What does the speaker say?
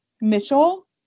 Mitchell